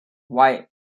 why